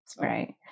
Right